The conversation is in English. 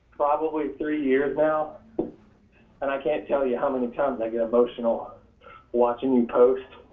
probably three years now and i can't tell you how many times i got emotional watching you post.